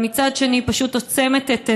אבל מצד שני פשוט עוצמת את עיניה,